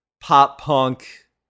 pop-punk